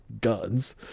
guns